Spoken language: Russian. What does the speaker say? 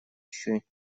еще